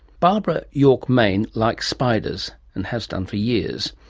barbara york main likes spiders, and has done for years.